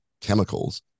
chemicals